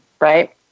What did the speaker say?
right